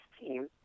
team